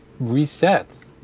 resets